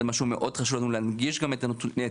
זה משהו מאוד חשוב לנו להנגיש גם את הנתונים